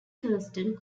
thurston